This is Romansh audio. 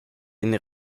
ina